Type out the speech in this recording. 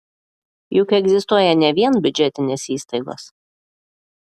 juk egzistuoja ne vien biudžetinės įstaigos